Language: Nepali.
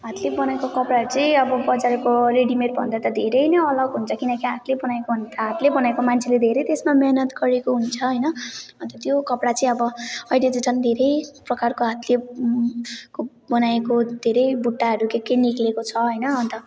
हातले बनाएको कपडाहरू चाहिँ अब बजारको रेडिमेडभन्दा त धेरै नै अलग हुन्छ किनकि हातले बनाएको भनेको हातले बनाएको मान्छेले धेरै त्यसमा मिहिनेत गरेको हुन्छ होइन अन्त त्यो कपडा चाहिँ अब अहिले चाहिँ झन् धेरै प्रकारको हातले बनाएको धेरै बुट्टाहरू के के निक्लेको छ होइन अन्त